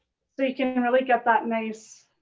so you can and really get that nice